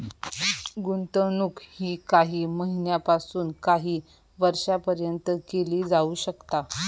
गुंतवणूक ही काही महिन्यापासून काही वर्षापर्यंत केली जाऊ शकता